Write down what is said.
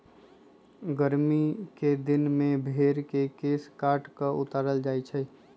गरमि कें दिन में भेर के केश काट कऽ उतारल जाइ छइ